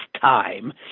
time